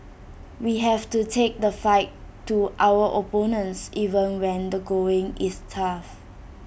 we have to take the fight to our opponents even when the going is tough